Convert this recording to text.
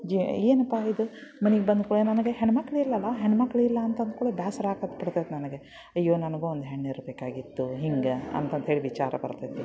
G ಏನಪ್ಪ ಇದು ಮನಿಗೆ ಬಂದ ಕೂಳೆ ನನ್ಗೆ ಹೆಣ್ಮಕ್ಳಿಲ್ಲಲ್ಲ ಹೆಣ್ಣುಮಕ್ಳಿಲ್ಲ ಅಂತಂದ ಕುಳೆ ಬೇಸ್ರ ಆಗತ್ ಬಿಡ್ತೈದೆ ನನಗೆ ಅಯ್ಯೋ ನನಗೂ ಒಂದು ಹೆಣ್ಣಿರರ್ಬೇಕಾಗಿತ್ತು ಹಿಂಗೆ ಅಂತಂತ್ಹೇಳಿ ವಿಚಾರ ಬರ್ತೈತಿ